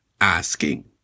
Asking